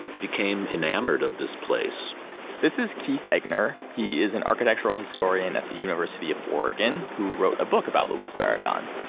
became enamored of this place this is keith eggener he is an architectural historian at the university of oregon who wrote a book about luis barragan.